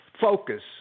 focus